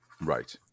Right